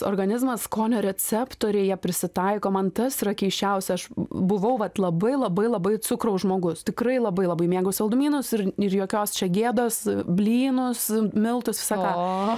organizmas skonio receptoriai jie prisitaiko mantas yra keisčiausia aš buvau vat labai labai labai cukraus žmogus tikrai labai labai mėgau saldumynus ir ir jokios čia gėdos blynus miltus visą ką